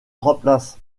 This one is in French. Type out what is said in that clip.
remplace